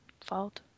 fault